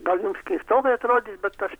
gal jums keistokai atrodys bet aš